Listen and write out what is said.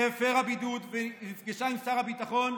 שהפרה בידוד ונפגשה עם שר הביטחון,